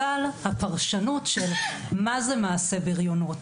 אבל הפרשנות של מה זה מעשה בריונות,